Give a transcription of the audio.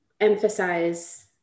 emphasize